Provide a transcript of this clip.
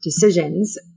decisions